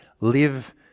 live